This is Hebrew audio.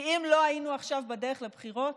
כי אם לא היינו עכשיו בדרך לבחירות